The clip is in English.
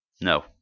No